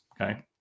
Okay